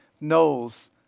knows